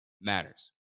matters